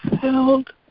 held